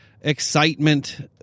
excitement